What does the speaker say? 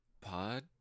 pod